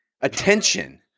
attention